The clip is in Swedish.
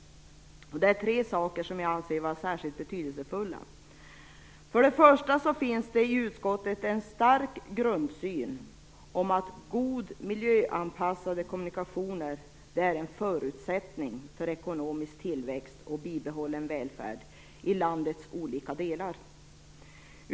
Det är tre saker som jag anser vara särskilt betydelsefulla för våra ställningstaganden. För det första finns det i utskottet en stark grundsyn om att goda miljöanpassade kommunikationer är en förutsättning för ekonomisk tillväxt och bibehållen välfärd i landets olika delar.